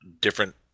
different